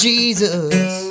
Jesus